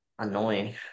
Annoying